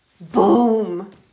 boom